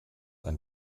ein